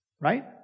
Right